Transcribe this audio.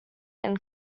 and